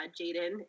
Jaden